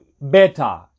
better